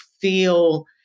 feel